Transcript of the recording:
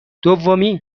دومی